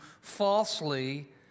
falsely